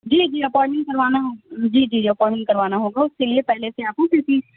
جی جی اپائنٹمنٹ کروانا ہو جی جی اپائنمنٹ کروانا ہوگا اُس کے لیے پہلے سے آپ کو کسی